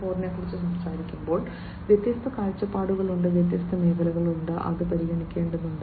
0 നെക്കുറിച്ച് സംസാരിക്കുമ്പോൾ വ്യത്യസ്ത കാഴ്ചപ്പാടുകളുണ്ട് വ്യത്യസ്ത മേഖലകളുണ്ട് അത് പരിഗണിക്കേണ്ടതുണ്ട്